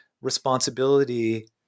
responsibility